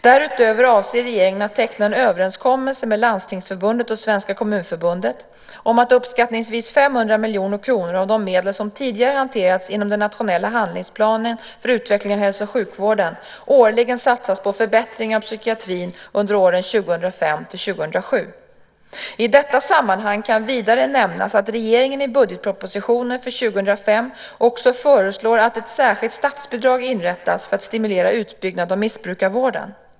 Därutöver avser regeringen att teckna en överenskommelse med Landstingsförbundet och Svenska Kommunförbundet om att uppskattningsvis 500 miljoner kronor av de medel som tidigare hanterats inom den nationella handlingsplanen för utveckling av hälso och sjukvården årligen satsas på förbättringar av psykiatrin under åren 2005-2007. I detta sammanhang kan vidare nämnas att regeringen i budgetpropositionen för 2005 också föreslår att ett särskilt statsbidrag inrättas för att stimulera utbyggnad av missbrukarvården.